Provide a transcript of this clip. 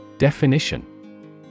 Definition